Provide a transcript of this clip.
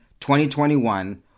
2021